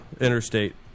interstate